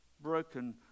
Broken